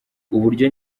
uburyo